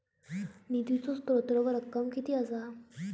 निधीचो स्त्रोत व रक्कम कीती असा?